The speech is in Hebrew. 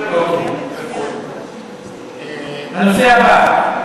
נעבור לנושא הבא,